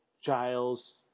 giles